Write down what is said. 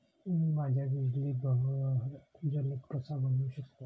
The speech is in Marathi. मी माझ्या बिजली बहर जलद कसा बनवू शकतो?